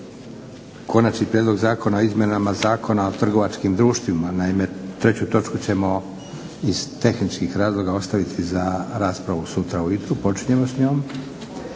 Konačni prijedlog Zakona o Izmjenama zakona o trgovačkim društvima, naime, treću točku ćemo iz tehničkih razloga ostaviti za raspravu sutra ujutro, počinjemo s njom.